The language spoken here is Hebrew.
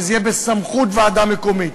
שזה יהיה בסמכות ועדה מקומית.